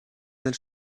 del